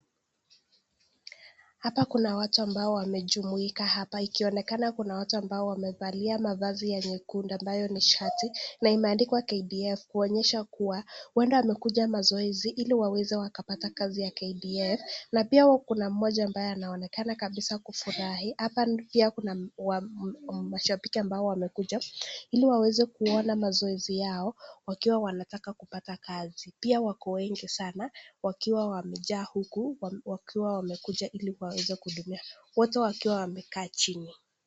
Hapa kuna watu ambao wamejumuika hapa ikionekana kuna watu ambao wamevalia mavazi ya nyekundu ambayo ni shati na imeandikwa KDF kuonyesha kua huenda wamekuja mazoezi ili waweze wakapata kazi ya KDF na pia kuna mmoja ambaye anaonekana kabisa kufurahi. Hapa pia kuna mashabiki ambao wamekuja ili waweze kuona mazoezi yao wakiwa wanataka kupata kazi. Pia wako wengi sana wakiwa wamejaa huku wakiwa wamekuja ili waweze kuhudumiwa. Wote wakiwa wamekaa chini.